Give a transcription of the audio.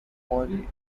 polly